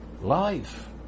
life